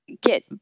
get